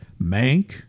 Mank